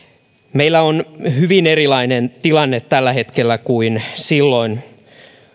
meillä on hyvin erilainen tilanne tällä hetkellä kuin silloin